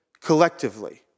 collectively